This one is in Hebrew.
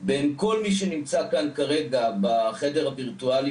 בין כל מי שנמצא כאן כרגע בחדר הווירטואלי